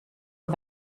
een